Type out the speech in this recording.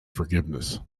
forgiveness